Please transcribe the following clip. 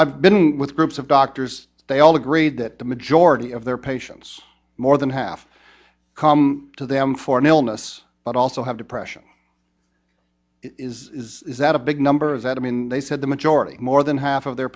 i've been with groups of doctors they all agreed that the majority of their patients more than half come to them for an illness but also have depression is that a big number that i mean they said the majority more than half of their